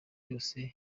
yose